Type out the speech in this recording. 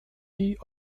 die